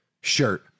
shirt